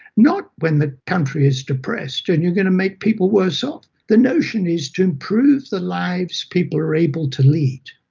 not when the country is depressed and you're going to make people worse off. the notion is to improve the lives people are able to lead.